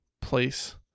place